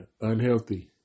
unhealthy